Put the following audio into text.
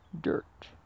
dirt